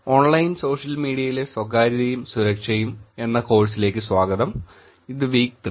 online social മീഡിയയിലെ സ്വകാര്യതയും സുരക്ഷയും എന്ന കോഴ്സിലേക്ക് സ്വാഗതം ഇത് വീക്ക് 3